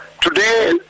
today